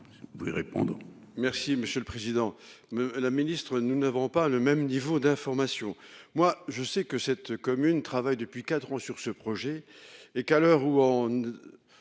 Merci monsieur le président me la ministre, nous n'avons pas le même niveau d'information. Moi je sais que cette commune travaille depuis 4 ans sur ce projet et qu'à l'heure où on.